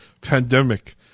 pandemic